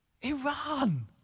Iran